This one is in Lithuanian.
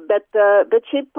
bet bet šiaip